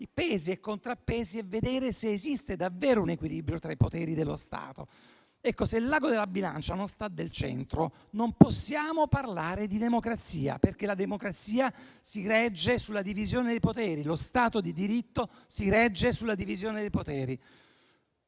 pesi e i contrappesi e vedere se esiste davvero un equilibrio tra i poteri dello Stato. Se l'ago della bilancia non si trova al centro, non possiamo parlare di democrazia, perché la democrazia si regge sulla divisione dei poteri. Lo Stato di diritto si regge sulla divisione dei poteri.